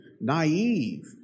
naive